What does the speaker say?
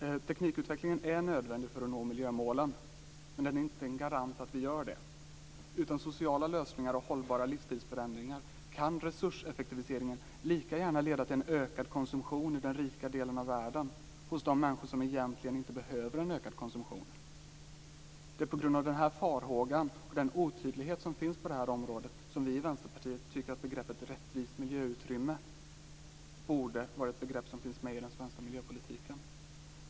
Teknikutvecklingen är nödvändig för att vi skall nå miljömålen, men den är inte en garant för att vi gör det. Utan sociala lösningar och hållbara livsstilsförändringar kan resurseffektiviseringen lika gärna leda till en ökad konsumtion i den rika delen av världen, hos de människor som egentligen inte behöver en ökad konsumtion. Det är på grund av den farhågan och den otydlighet som finns på det här området som vi i Vänsterpartiet tycker att begreppet rättvist miljöutrymme borde vara ett begrepp som finns med i den svenska miljöpolitiken.